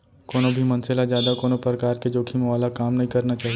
कोनो भी मनसे ल जादा कोनो परकार के जोखिम वाला काम नइ करना चाही